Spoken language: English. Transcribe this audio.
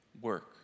work